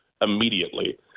immediately